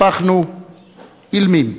הפכנו אילמים.